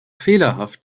fehlerhaft